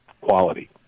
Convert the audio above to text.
quality